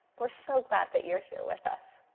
we're so glad that you're here with us.